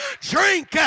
drink